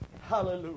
hallelujah